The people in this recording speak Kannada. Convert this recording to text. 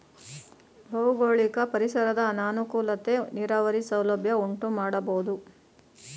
ಭೌಗೋಳಿಕ ಪರಿಸರದ ಅನಾನುಕೂಲತೆ ನೀರಾವರಿ ಸೌಲಭ್ಯ ಉಂಟುಮಾಡಬೋದು